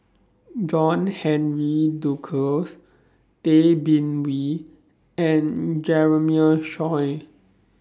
John Henry Duclos Tay Bin Wee and Jeremiah Choy